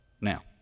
Now